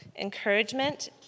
encouragement